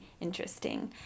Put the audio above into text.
interesting